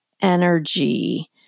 energy